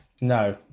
No